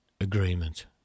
Agreement